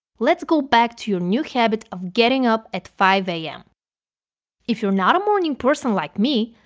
let's go back to your new habit of getting up at five a m if you're not a morning person like me,